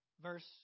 verse